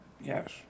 Yes